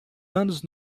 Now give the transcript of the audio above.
anos